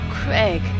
Craig